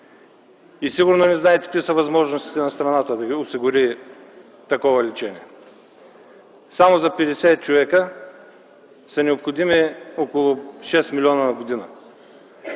и сигурно не знаете какви са възможностите на страната да осигури такова лечение. Само за 50 човека са необходими около 6 млн. лв. на година.